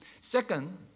Second